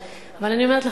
אני לא יודעת,